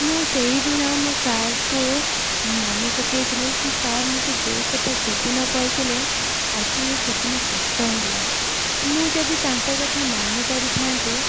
ମୁଁ ସେଇଦିନ ମୋ ସାର୍କୁ ମନେ ପକେଇଥିଲି କି ସାର୍ ମୋତେ ଯେଉଁ କଥା ସେଦିନ କହିଥିଲେ ଆଜି ସେଦିନ ସତ ହେଲା ମୁଁ ଯଦି ତାଙ୍କ କଥା ମାନି ପାରିଥାନ୍ତି